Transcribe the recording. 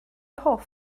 hoff